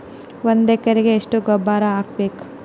ಒಂದ್ ಎಕರೆಗೆ ಎಷ್ಟ ಗೊಬ್ಬರ ಹಾಕ್ಬೇಕ್?